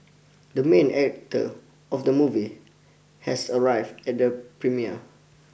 the main actor of the movie has arrived at the premiere